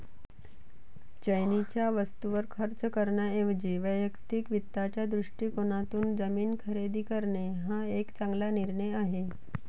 चैनीच्या वस्तूंवर खर्च करण्याऐवजी वैयक्तिक वित्ताच्या दृष्टिकोनातून जमीन खरेदी करणे हा एक चांगला निर्णय आहे